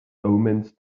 omens